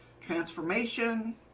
transformation